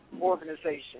organization